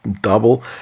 double